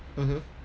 mmhmm